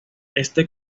este